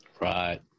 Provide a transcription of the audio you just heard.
right